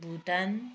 Bhutan